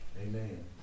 Amen